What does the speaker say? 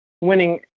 winning